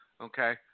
Okay